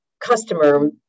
customer